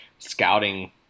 scouting